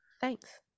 Thanks